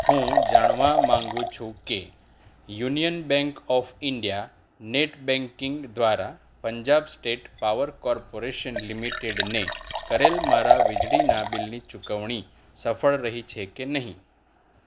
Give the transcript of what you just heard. હું જાણવા માંગુ છું કે union bank of India net banking દ્વારા પંજાબ સ્ટેટ પાવર કોર્પોરેશન લિમિટેડને કરેલ મારા વીજળીનાં બિલની ચુકવણી સફળ રહી છે કે નહીં